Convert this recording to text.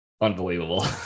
unbelievable